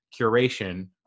curation